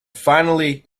finally